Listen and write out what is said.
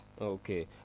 Okay